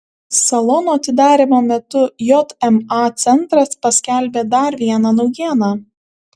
salono atidarymo metu jma centras paskelbė dar vieną naujieną